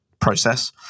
process